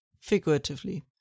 figuratively